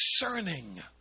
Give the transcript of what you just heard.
discerning